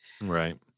Right